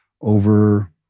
over